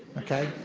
okay?